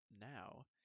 now